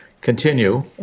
continue